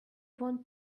want